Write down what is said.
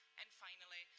and finally,